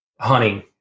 hunting